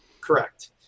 Correct